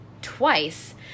twice